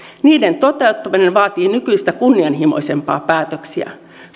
niiden toteuttaminen vaatii nykyistä kunnianhimoisempia päätöksiä